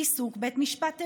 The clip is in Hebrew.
ריסוק בית המשפט העליון,